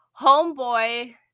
homeboy